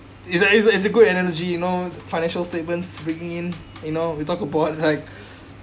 it's a it's a it's a good energy you know financial statements bringing in you know you talk about like